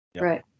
right